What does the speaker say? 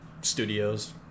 Studios